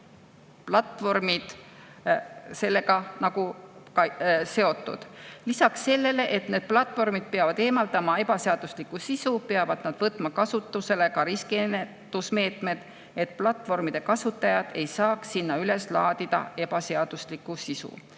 platvormid. Lisaks sellele, et need platvormid peavad eemaldama ebaseadusliku sisu, peavad nad võtma kasutusele ka riskiennetusmeetmed, et platvormide kasutajad ei saaks sinna üles laadida ebaseaduslikku sisu.